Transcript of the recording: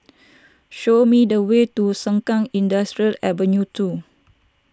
show me the way to Sengkang Industrial Ave two